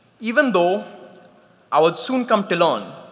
even though i would soon come to learn